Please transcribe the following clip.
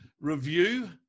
review